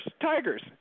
tigers